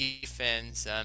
defense